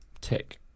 Tick